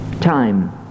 time